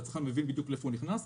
הצרכן מבין בדיוק לאן הוא נכנס,